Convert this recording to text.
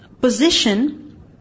position